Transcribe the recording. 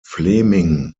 fleming